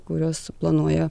kurios planuoja